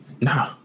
No